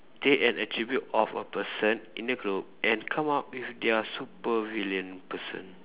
take an attribute of a person in the group and come up with their supervillain person